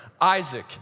Isaac